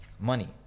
money